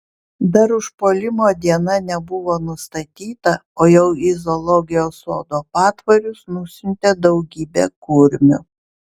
dar užpuolimo diena nebuvo nustatyta o jau į zoologijos sodo patvorius nusiuntė daugybę kurmių